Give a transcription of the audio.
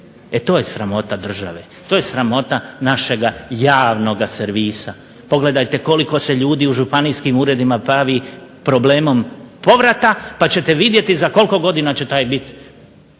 E to je sramota države. To je sramota našega javnoga servisa. Pogledajte koliko se ljudi u županijskim uredima bavi problemom povrata pa ćete vidjeti za koliko godina će taj biti